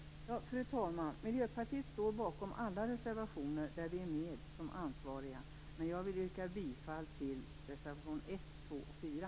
Fru talman! Miljöpartiet står bakom alla de reservationer där vi är med som ansvariga, men jag vill yrka bifall till reservationerna 1, 2 och 4.